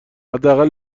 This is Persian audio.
حداقل